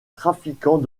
trafiquant